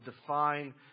define